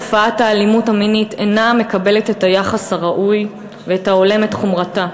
תופעת האלימות המינית אינה מקבלת את היחס הראוי ההולם את חומרתה.